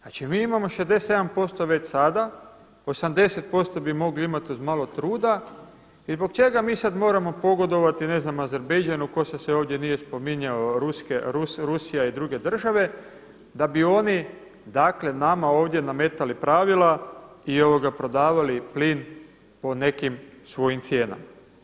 Znači mi imamo 57% već sada, 80% bi mogli imati uz malo truda i zbog čega mi sada moramo pogodovati Azerbajdžanu, tko se sve ovdje nije spominjao, rusija i druge države da bi oni dakle nama ovdje nametali pravila i prodavali plin po nekim svojim cijenama.